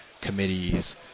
committees